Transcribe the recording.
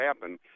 happen